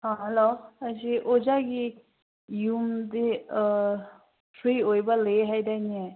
hello ꯑꯁꯤ ꯑꯣꯖꯥꯒꯤ ꯌꯨꯝꯗꯤ ꯐ꯭ꯔꯤ ꯑꯣꯏꯕ ꯂꯩꯌꯦ ꯍꯥꯏꯗꯥꯏꯅꯦ